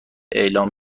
اعلام